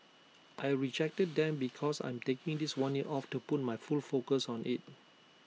I rejected them because I'm taking this one year off to put my full focus on IT